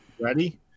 Ready